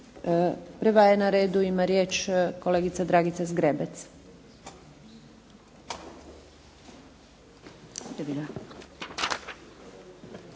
Prva je na redu, ima riječ, kolegica Dragica Zgrebec.